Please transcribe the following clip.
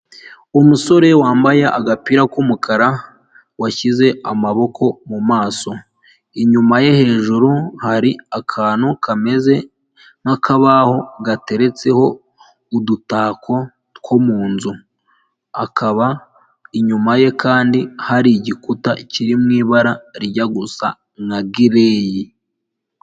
Umusore wambaye agapira k'umukara, washyize amaboko mu maso, inyuma ye hejuru hari akantu kameze nk'akabaho gateretseho udutako two mu nzu, akaba inyuma ye kandi hari igikuta kiri mu ibara rijya gusa nka gireyi.